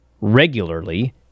regularly